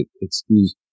excuse